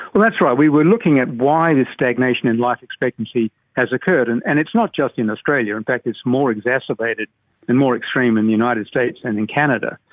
that's right, we were looking at why this stagnation in life expectancy has occurred, and and it's not just in australia, in fact it's more exacerbated and more extreme in the united states and in canada,